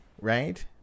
right